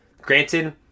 Granted